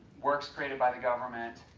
works created by the government,